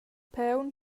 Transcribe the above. paun